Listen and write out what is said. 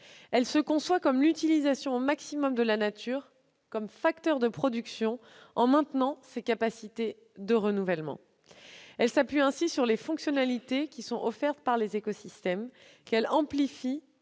Elle se conçoit comme l'utilisation au maximum de la nature comme facteur de production en maintenant ses capacités de renouvellement. Elle s'appuie ainsi sur les fonctionnalités offertes par les écosystèmes, qu'elle amplifie,